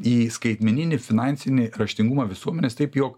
į skaitmeninį finansinį raštingumą visuomenės taip jog